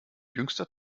jüngster